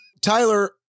Tyler